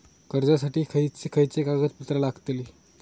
कर्जासाठी खयचे खयचे कागदपत्रा लागतली?